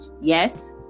yes